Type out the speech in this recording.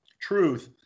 truth